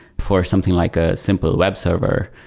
for something like a simple web server,